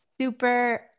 super